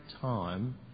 time